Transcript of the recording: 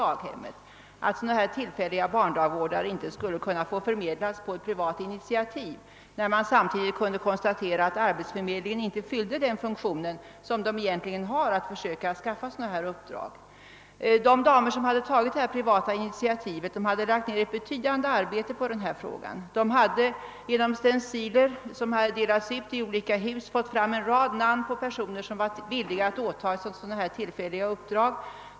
Jag fann det anmärkningsvärt att tillfälliga barndagvårdare inte skulle få förmedlas på privat väg, när arbetsförmedlingen, som skall svara för denna förmedling, visat sig inte kunnat fylla den funktionen. De damer som hade tagit detta privata initiativ hade lagt ned ett betydande arbete. De hade genom stenciler, som delades ut i olika hus, fått fram en rad namn på personer som var villiga att åta sig sådana tillfälliga uppdrag som det gällde.